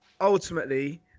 ultimately